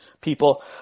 people